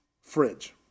fridge